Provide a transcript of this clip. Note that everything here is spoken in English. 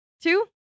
two